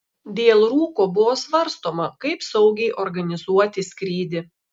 dėl rūko buvo svarstoma kaip saugiai organizuoti skrydį